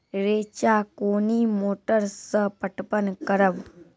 रेचा कोनी मोटर सऽ पटवन करव?